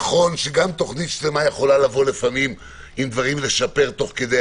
נכון שגם תוכנית שלמה יכולה לבוא לפעמים עם דברים לשפר תוך כדי.